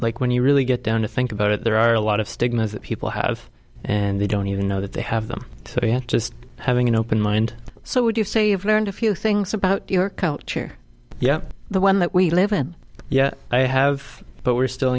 like when you really get down to think about it there are a lot of stigmas that people have and they don't even know that they have them for just having an open mind so would you say you've learned a few things about your culture the one that we live in yeah i have but we're still